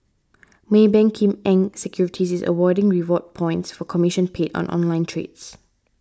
Maybank Kim Eng Securities is awarding reward points for commission paid on online trades